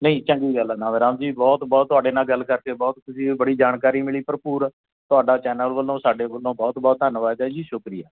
ਨਹੀਂ ਚੰਗੀ ਗੱਲ ਹੈ ਨੰਦ ਰਾਮ ਜੀ ਬਹੁਤ ਬਹੁਤ ਤੁਹਾਡੇ ਨਾਲ ਗੱਲ ਕਰਕੇ ਬਹੁਤ ਖ਼ੁਸ਼ੀ ਹੋਈ ਬੜੀ ਜਾਣਕਾਰੀ ਮਿਲੀ ਭਰਪੂਰ ਤੁਹਾਡਾ ਚੈਨਲ ਵੱਲੋਂ ਸਾਡੇ ਵੱਲੋਂ ਬਹੁਤ ਬਹੁਤ ਧੰਨਵਾਦ ਹੈ ਜੀ ਸ਼ੁਕਰੀਆ